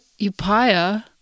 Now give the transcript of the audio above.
Upaya